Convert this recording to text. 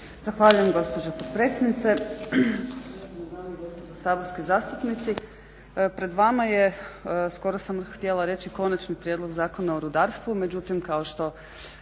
Zahvaljujem gospođo potpredsjednice. Uvažene dame i gospodo saborski zastupnici. Pred vama je, skoro sam htjela reći konačni prijedlog zakona o rudarstvu, međutim kao što